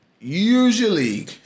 usually